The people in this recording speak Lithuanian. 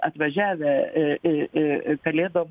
atvažiavę e e e kalėdom